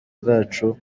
bwacu